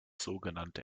sogenannte